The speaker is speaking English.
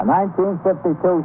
1952